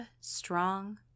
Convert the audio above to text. strong